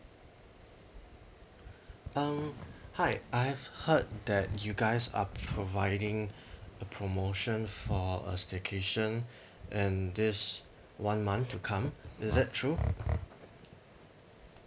um hi I have heard that you guys are providing a promotion for a staycation and this one month to come is it true